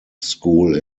school